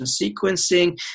sequencing